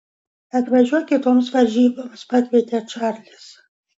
atvažiuok kitoms varžyboms pakvietė čarlis